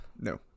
no